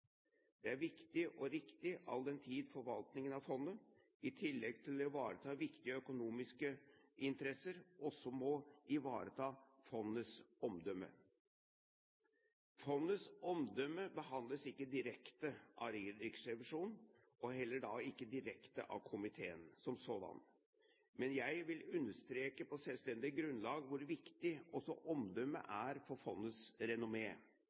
Det er viktig og riktig all den tid forvaltningen av fondet, i tillegg til å ivareta viktige økonomiske interesser, også må ivareta fondets omdømme. Fondets omdømme behandles ikke direkte av Riksrevisjonen, og da heller ikke direkte av komiteen som sådan. Men jeg vil understreke på selvstendig grunnlag hvor viktig også omdømmet er for fondets